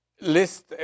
list